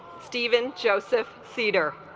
stephen joseph cedar